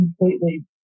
completely